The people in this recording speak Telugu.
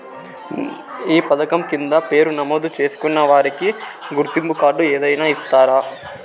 ఈ పథకం కింద పేరు నమోదు చేసుకున్న వారికి గుర్తింపు కార్డు ఏదైనా ఇస్తారా?